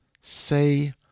say